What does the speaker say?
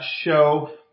show